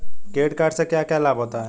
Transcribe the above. Credit card से क्या क्या लाभ होता है?